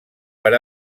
per